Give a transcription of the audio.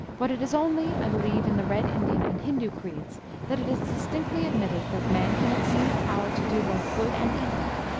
but it is only, i believe, in the red indian and hindoo creeds that it is distinctly ad mitted that man can attain the power to do both good and evil,